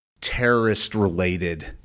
terrorist-related